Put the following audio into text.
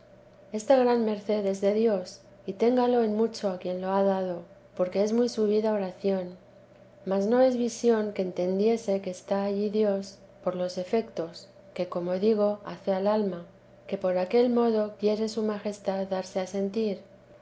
esta gran merced es de dios y téngalo en mucho a quien lo ha dado porque es muy subida oración mas no es visión que entendiese que está allí dios por los efetos que como digo hace al alma que por aquel modo quiere su majestad darse a sentir